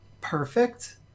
perfect